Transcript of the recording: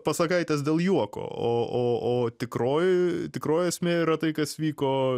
pasakaitės dėl juoko o o o tikroji tikroji esmė yra tai kas vyko